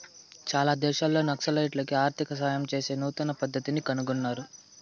చాలా దేశాల్లో నక్సలైట్లకి ఆర్థిక సాయం చేసే నూతన పద్దతిని కనుగొన్నారు